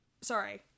sorry